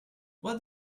what